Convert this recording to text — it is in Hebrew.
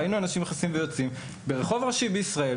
ראינו אנשים נכנסים ויוצאים לחנות ברחוב ראשי בישראל,